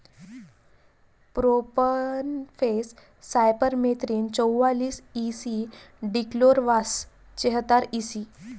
profenofos cypermethrin चौवालीस E C dichlorvos चेहतार EC